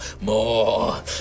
more